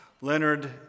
Leonard